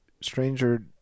stranger